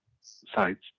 sites